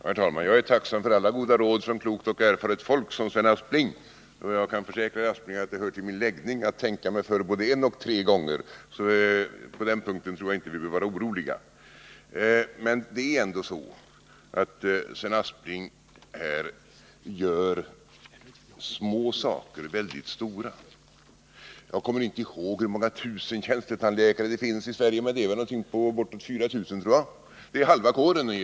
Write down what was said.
Herr talman! Jag är tacksam för alla goda råd från klokt och erfaret folk som Sven Aspling. Sedan kan jag försäkra herr Aspling att det hör till min läggning att tänka mig för både en och tre gånger, så på den punkten tror jag inte vi behöver vara oroliga. Men det är ändå så att Sven Aspling här gör små saker väldigt stora. Jag kommer inte ihåg hur många tusen tjänstetandläkare det finns i Sverige, men det är väl bortåt 4 000 stycken. Det är ungefär halva tandläkarkåren.